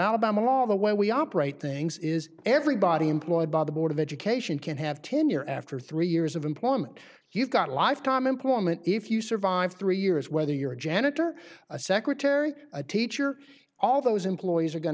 alabama law the way we operate things is everybody employed by the board of education can have tenure after three years of employment you've got lifetime employment if you survive three years whether you're a janitor a secretary a teacher all those employees are going